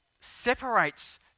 separates